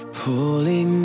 pulling